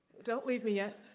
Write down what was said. don't leave me yet.